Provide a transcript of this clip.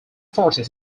forces